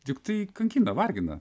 tiktai kankina vargina